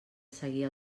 seguir